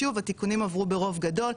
שוב התיקונים עברו ברוב גדול,